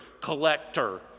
collector